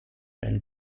and